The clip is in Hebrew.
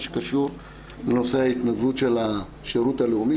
שקשור לנושאי ההתנדבות של השירות הלאומי,